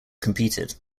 competed